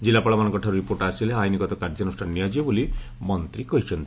କିଲ୍ପୁପାଳମାନଙ୍କ ଠାରୁ ରିପୋର୍ଟ ଆସିଲେ ଆଇନଗତ କାର୍ଯ୍ୟାନୁଷ୍ଷାନ ନିଆଯିବ ବୋଲି ମନ୍ତୀ କହିଚ୍ଚନ୍ତି